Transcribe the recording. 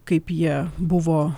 kaip jie buvo